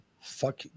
Fuck